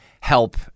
help